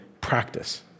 practice